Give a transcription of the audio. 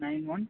nine one